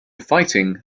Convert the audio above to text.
fighting